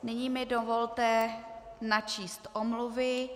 Nyní mi dovolte načíst omluvy.